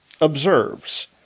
observes